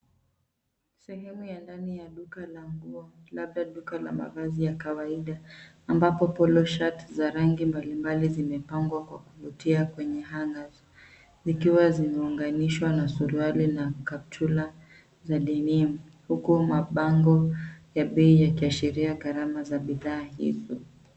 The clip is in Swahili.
Sehemu ya ndani ya duka la nguo labda duka la mavazi ya kawaida ambapo Polo shirts za rangi mbalimbali zimepangwa kwa kuvutia kwenye hangers zikiwa zimeunganishwa na suruali na kaptura za denim huku mabango ya bei yakiashiria gharama za bidhaa hizo.